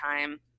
time